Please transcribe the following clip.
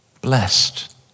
Blessed